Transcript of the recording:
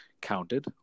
counted